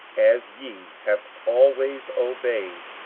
as ye have always obeyed,